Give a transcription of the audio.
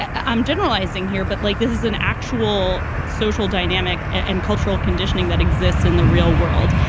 i'm generalizing here, but like this is an actual social dynamic and cultural conditioning that exists in the real world.